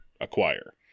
acquire